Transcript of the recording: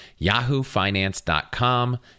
yahoofinance.com